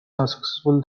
successful